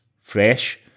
fresh